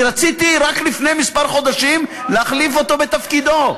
אני רציתי רק לפני כמה חודשים להחליף אותו בתפקידו.